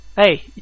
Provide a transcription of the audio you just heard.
Hey